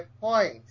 point